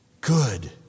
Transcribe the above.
good